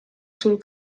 sul